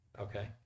okay